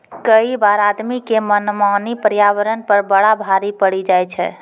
कई बार आदमी के मनमानी पर्यावरण पर बड़ा भारी पड़ी जाय छै